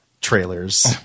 trailers